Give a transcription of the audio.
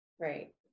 Right